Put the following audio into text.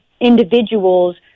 individuals